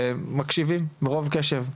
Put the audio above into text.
מקשיבים ברוב קשב,